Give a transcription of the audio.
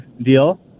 deal